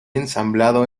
ensamblado